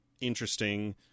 interesting